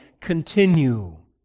continue